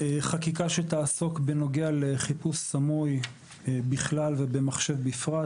חקיקה שתעסוק בחיפוש סמוי בכלל, ובמחשב בפרט,